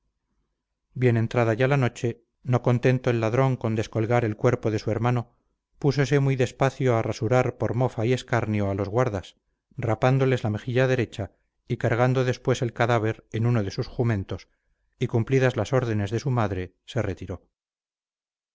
bien entrada ya la noche no contento el ladrón con descolgar el cuerpo de su hermano púsose muy despacio a rasurar por mofa y escarnio a los guardas rapándoles la mejilla derecha y cargando después el cadáver en uno de sus jumentos y cumplidas las órdenes de su madre se retiró